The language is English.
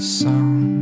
song